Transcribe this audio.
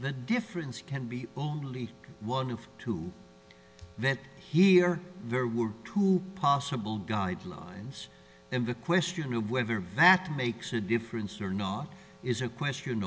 the difference can be only one of two that here very were who possible guidelines and the question of whether vat makes a difference or not is a question